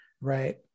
right